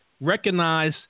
recognize